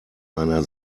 einer